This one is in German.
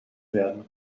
werden